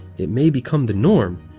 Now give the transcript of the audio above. it may become the norm,